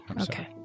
Okay